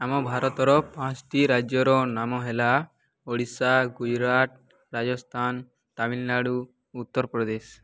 ଆମ ଭାରତର ପାଞ୍ଚୋଟି ରାଜ୍ୟର ନାମ ହେଲା ଓଡ଼ିଶା ଗୁଜୁରାଟ ରାଜସ୍ଥାନ ତାମିଲନାଡ଼ୁ ଉତ୍ତରପ୍ରଦେଶ